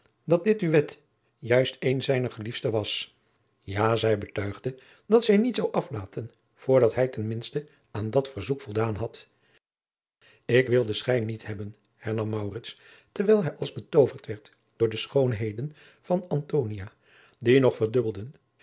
dat dit duet juist een zijner geliefdste was ja zij betuigde dat zij niet zou aflaten voor dat hij ten minste aan dat verzoek voldaan had ik wil den schijn niet hebben hernam maurits terwijl hij als betooverd werd door de schoonheden van antonia die nog verdubbelden